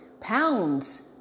Pounds